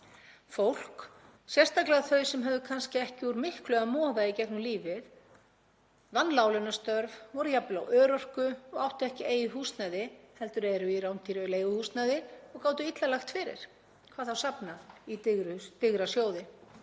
Fólk, sérstaklega þau sem höfðu kannski ekki úr miklu að moða í gegnum lífið, unnu láglaunastörf, voru jafnvel á örorku og áttu ekki eigið húsnæði heldur eru í rándýru leiguhúsnæði og gátu illa lagt fyrir, hvað þá safnað í digra sjóði,